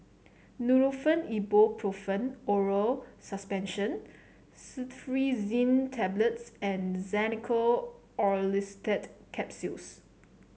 Nurofen Ibuprofen Oral Suspension Cetirizine Tablets and Xenical Orlistat Capsules